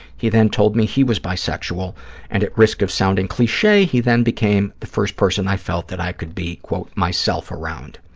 he then told me he was bisexual and, at risk of sounding cliche, he then became the first person i felt that i could be, quote, myself around.